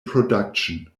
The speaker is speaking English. production